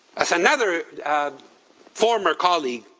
as another former colleague